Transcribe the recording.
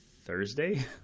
Thursday